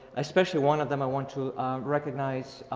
especially one of them, i want to recognize,